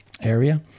area